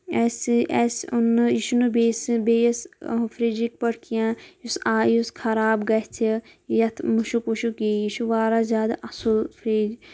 اَسہِ اَسہِ اوٚن نہٕ یہِ چھُنہٕ بیٚیِس بیٚیِس فرٛجِک پٲٹھۍ کیٚنٛہہ یُس آ یُس خراب گَژھِ یَتھ مُشُک وُشُک یی یہِ چھُ واریاہ زیادٕ اصٕل فرٛج